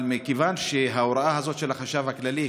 אבל בגלל ההוראה הזאת של החשב הכללי,